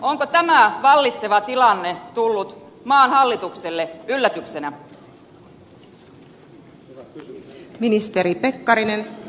onko tämä vallitseva tilanne tullut maan hallitukselle yllätyksenä